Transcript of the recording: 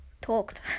talked